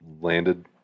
Landed